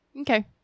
Okay